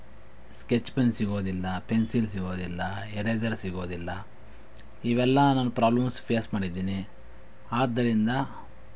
sketch pen ಸಿಗೋದಿಲ್ಲ pencil ಸಿಗೋದಿಲ್ಲ eraser ಸಿಗೋದಿಲ್ಲ ಇವೆಲ್ಲ ನಾನು ಪ್ರಾಬ್ಲಮ್ಸ್ ಫೇಸ್ ಮಾಡಿದ್ದೀನಿ ಆದ್ದರಿಂದ